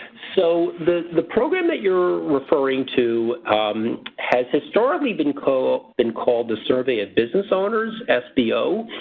so the the program that you're referring to has historically been called been called the survey of business owners, sbo.